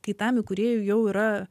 kai tam įkūrėjui jau yra